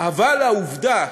אבל העובדה